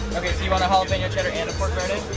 ok, so you want a jalapeno cheddar and pork verde?